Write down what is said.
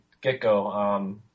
get-go